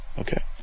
okay